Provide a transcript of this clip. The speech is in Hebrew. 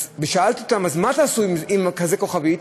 שאלתי אותם: מה תעשו עם כזאת כוכבית?